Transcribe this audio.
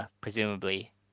presumably